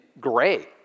gray